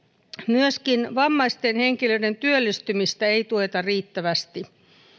myöskään vammaisten henkilöiden työllistymistä ei tueta riittävästi